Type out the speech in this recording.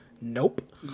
Nope